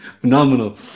phenomenal